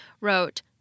wrote